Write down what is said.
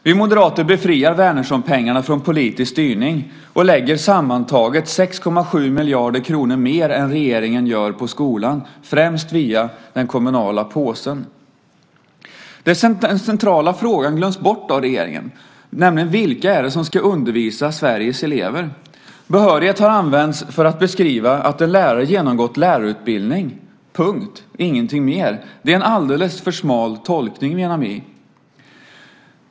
Vi moderater befriar Wärnerssonpengarna från politisk styrning och lägger sammantaget 6,7 miljarder kronor mer än regeringen gör på skolan, främst via den kommunala påsen. Den centrala frågan glöms bort av regeringen, nämligen vilka det är som ska undervisa Sveriges elever. Behörighet har använts för att beskriva att en lärare genomgått lärarutbildning - punkt, ingenting mer. Det är en alldeles för smal tolkning, menar vi.